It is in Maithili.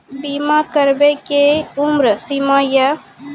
बीमा करबे के कि उम्र सीमा या?